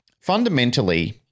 fundamentally